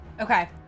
Okay